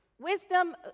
wisdom